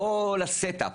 כל הסט-אפ